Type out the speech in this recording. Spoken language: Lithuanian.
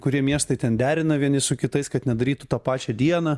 kurie miestai ten derina vieni su kitais kad nedarytų tą pačią dieną